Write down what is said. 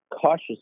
cautious